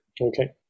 Okay